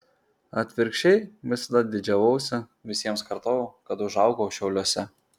atvirkščiai visada didžiavausi visiems kartojau kad užaugau šiauliuose